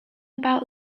about